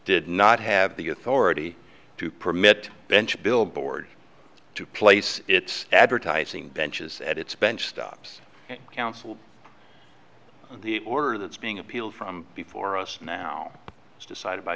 did not have the authority to permit bench billboard to place its advertising benches at its bench stops counsel the order that's being appealed from before us now is decided by